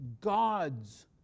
God's